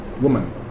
woman